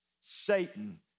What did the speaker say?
Satan